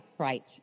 Right